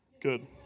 Good